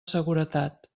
seguretat